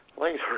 later